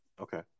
Okay